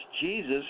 Jesus